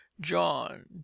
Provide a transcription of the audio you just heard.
john